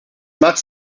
mag